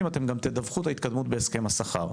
אתם גם תדווחו על ההתקדמות בהסכם השכר.